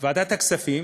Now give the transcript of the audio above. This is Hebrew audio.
וועדת הכספים